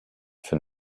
für